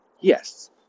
yes